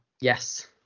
yes